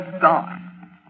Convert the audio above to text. gone